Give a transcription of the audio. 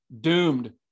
doomed